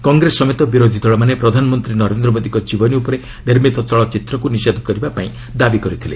କଂଗ୍ରେସ ସମେତ ବିରୋଧୀ ଦଳମାନେ ପ୍ରଧାନମନ୍ତ୍ରୀ ନରେନ୍ଦ୍ର ମୋଦିଙ୍କ ଜୀବନୀ ଉପରେ ନିର୍ମିତ ଚଳଚ୍ଚିତ୍ରକୁ ନିଷେଧ କରିବାପାଇଁ ଦାବି କରିଥିଲେ